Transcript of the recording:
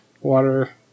water